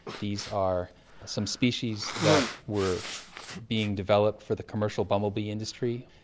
these are some species that were being developed for the commercial bumblebee industry,